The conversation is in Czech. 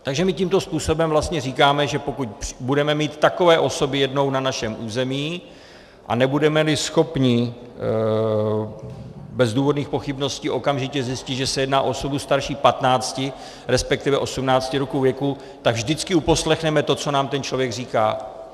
Takže my tímto způsobem vlastně říkáme, že pokud budeme mít takové osoby jednou na našem území a nebudemeli schopni bez důvodných pochybností okamžitě zjistit, že se jedná o osobu starší 15, resp. 18 roků, tak vždycky uposlechneme to, co nám ten člověk říká.